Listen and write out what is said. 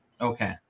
Okay